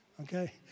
okay